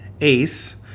Ace